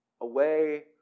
away